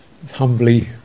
humbly